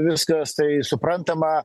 viskas tai suprantama